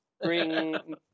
bring